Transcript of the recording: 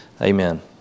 Amen